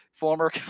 Former